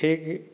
ଠିକ